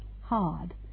hard